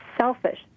selfish